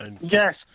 Yes